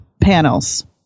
panels